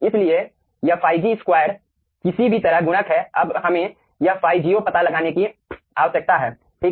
इसलिए यह ϕg2 किसी भी तरह गुणक है अब हमें यह ϕgo पता लगाने की आवश्यकता है ठीक है